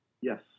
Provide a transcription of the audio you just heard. Yes